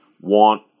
want